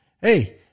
Hey